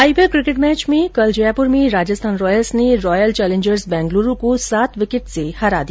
IPL cricket match में कल जयपुर में राजस्थान रॉयल्स ने रॉयल चैलेंजर्स बैंगलुरू को सात विकेट से हरा दिया